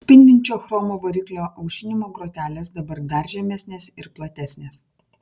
spindinčio chromo variklio aušinimo grotelės dabar dar žemesnės ir platesnės